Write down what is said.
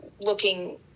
looking